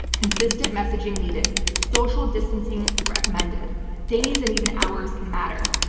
consistent messaging needed. social distancing recommended. days and even hours can matter.